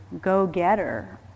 go-getter